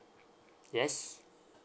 yes